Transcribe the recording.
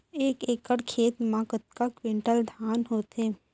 एक एकड़ खेत मा कतका क्विंटल धान होथे?